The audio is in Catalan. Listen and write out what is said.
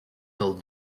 del